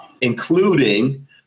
including